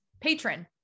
Patron